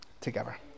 together